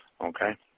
okay